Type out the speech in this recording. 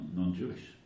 non-Jewish